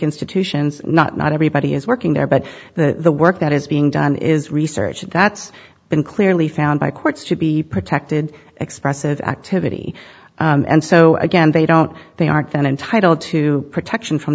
institutions not not everybody is working there but the work that is being done is research that's been clearly found by courts to be protected expressive activity and so again they don't they aren't then entitled to protection from